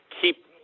keep